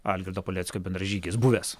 algirdo paleckio bendražygis buvęs